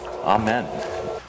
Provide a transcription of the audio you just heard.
Amen